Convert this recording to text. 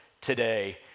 today